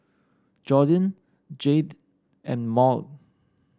Jordyn Jayde and Maude